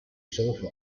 sofa